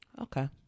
Okay